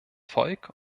volk